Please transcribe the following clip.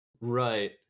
Right